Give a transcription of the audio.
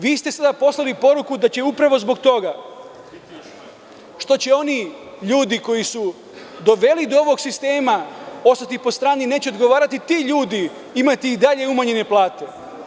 Vi ste sada poslali poruku da će upravo zbog toga, što će oni ljudi koji su doveli do ovog sistema ostati po strani, neće odgovarati, ti ljudi imati i dalje umanjene plate.